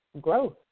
growth